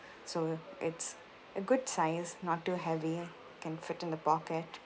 so it's a good size not too heavy can fit in the pocket